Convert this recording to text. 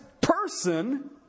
person